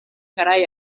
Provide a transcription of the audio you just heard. garai